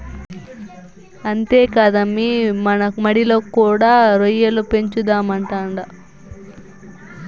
అంతేకాదమ్మీ మన మడిలో కూడా రొయ్యల పెంచుదామంటాండా